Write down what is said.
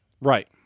Right